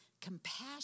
compassion